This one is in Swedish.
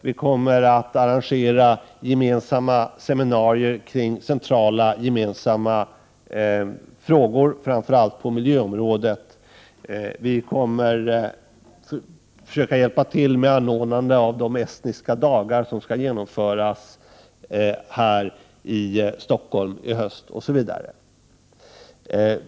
Vi kommer att arrangera gemensamma seminarier kring centrala gemensamma frågor, framför allt på miljöområdet. Vi kommer att försöka hjälpa till med anordnande av de estniska dagar som skall genomföras här i Stockholm i höst, osv.